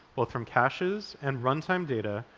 both from caches and runtime data,